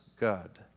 God